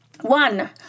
One